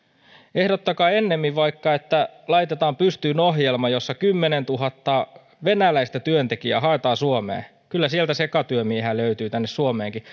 ehdottakaa ennemmin vaikka että laitetaan pystyyn ohjelma jossa kymmenentuhatta venäläistä työntekijää haetaan suomeen kyllä sieltä sekatyömiehiä löytyy tänne suomeenkin